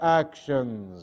actions